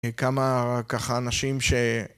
כמה ככה אנשים ש...